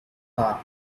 her